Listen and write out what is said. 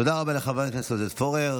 תודה רבה לחבר הכנסת עודד פורר.